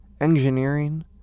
engineering